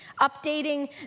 updating